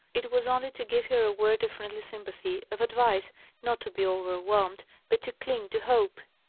it was only to give her a word of friendly sympathy, of advice not to be overwhelmed, but to cling to hope.